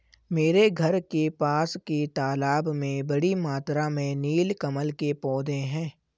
मेरे घर के पास के तालाब में बड़ी मात्रा में नील कमल के पौधें हैं